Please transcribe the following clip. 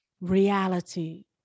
Reality